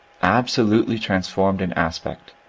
absolutely transformed in aspect,